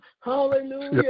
hallelujah